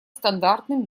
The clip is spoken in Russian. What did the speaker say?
стандартным